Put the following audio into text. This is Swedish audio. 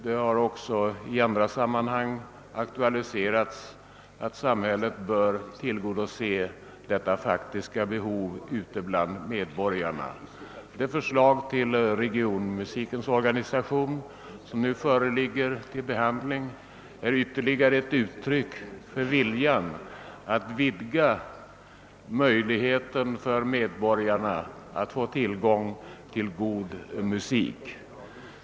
Det har också i andra sammanhang framhållits att samhället bör tillgodose detta faktiska behov bland medborgarna. Det förslag till regionmusikens organisation som nu föreligger till behandling är ytterligare ett uttryck för viljan att vidga möjligheten för medborgarna att få tillgång till god musik.